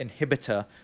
inhibitor